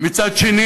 ומצד שני